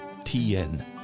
TN